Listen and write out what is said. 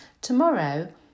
Tomorrow